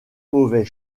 mauvais